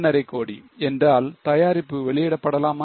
5 கோடி என்றால் தயாரிப்பு வெளியிடப்படலாமா